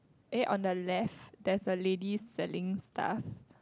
eh on the left there's a lady selling stuff